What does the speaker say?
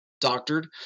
doctored